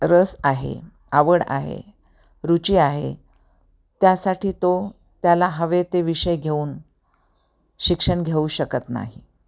रस आहे आवड आहे रुची आहे त्यासाठी तो त्याला हवे ते विषय घेऊन शिक्षण घेऊ शकत नाही